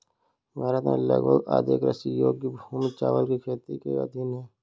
भारत में लगभग आधी कृषि योग्य भूमि चावल की खेती के अधीन है